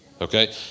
Okay